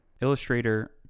Illustrator